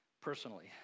personally